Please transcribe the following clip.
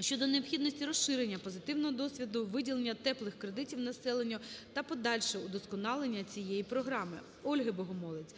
щодо необхідності розширення позитивного досвіду виділення "теплих кредитів" населенню та подальше удосконалення цієї програми. Ольги Богомолець